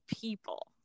people